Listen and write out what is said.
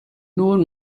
nun